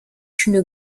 une